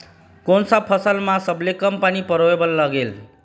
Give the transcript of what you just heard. कोन सा फसल मा सबले कम पानी परोए बर लगेल?